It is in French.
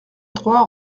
trois